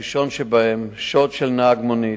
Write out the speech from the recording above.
הראשון שבהם, שוד של נהג מונית.